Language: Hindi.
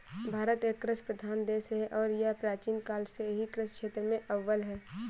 भारत एक कृषि प्रधान देश है और यह प्राचीन काल से ही कृषि क्षेत्र में अव्वल है